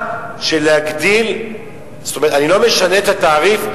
אני לא משנה את התעריף,